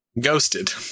Ghosted